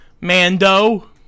Mando